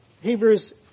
Hebrews